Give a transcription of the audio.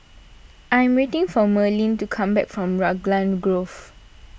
I am waiting for Marlen to come back from Raglan Grove